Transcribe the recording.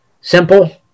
simple